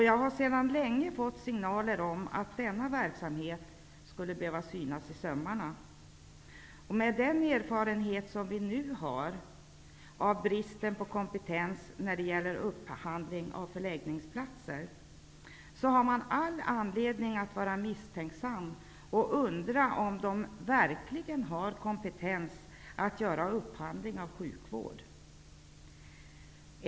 Jag har sedan länge fått signaler om att denna verksamhet skulle behöva synas i sömmarna. Med den erfarenhet som vi nu har av bristen på kompetens när det gäl ler upphandling av förläggningsplatser, har man all anledning att vara misstänksam och undra om det verkligen finns kompetens att upphandla sjuk vård.